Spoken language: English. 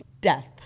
Death